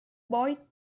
boy